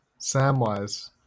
Samwise